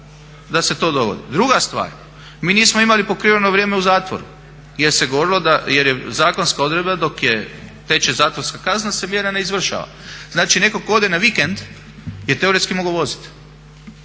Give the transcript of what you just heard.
da se to dogodi. Druga stvar. Mi nismo imali pokriveno vrijeme u zatvoru jer se govorilo da, jer je zakonska odredba dok teče zatvorska kazna se mjera ne izvršava. Znači netko tko ode na vikend je teoretski mogao voziti.